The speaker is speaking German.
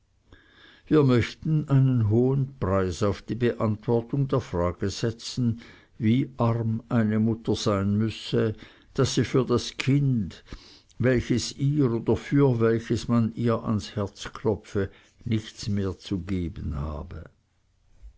wir möchten einen hohen preis auf die beantwortung der frage setzen wie arm eine mutter sein müsse daß sie für das kind welches ihr oder für welches man ihr ans herz klopfe nichts mehr zu geben habe